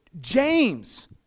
James